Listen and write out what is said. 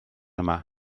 yma